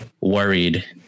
worried